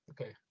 okay